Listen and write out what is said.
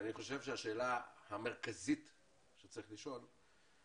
אני חושב שהשאלה המרכזית שצריך לשאול היא